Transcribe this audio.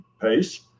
pace